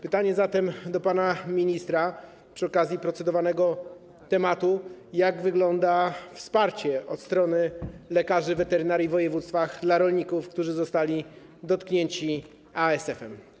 Pytanie zatem do pana ministra przy okazji procedowanego tematu: Jak wygląda wsparcie od strony lekarzy weterynarii w województwach dla rolników, którzy zostali dotknięci ASF-em?